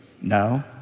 No